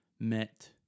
met